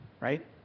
right